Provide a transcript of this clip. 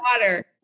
water